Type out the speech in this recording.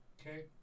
Okay